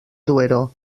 duero